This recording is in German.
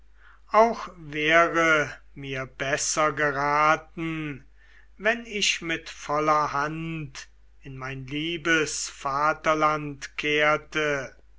auch wäre mir besser geraten wenn ich mit vollerer hand in mein liebes vaterland kehrte